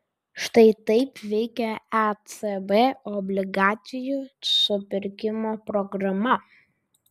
štai taip veikia ecb obligacijų supirkimo programa